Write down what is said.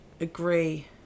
agree